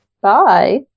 bye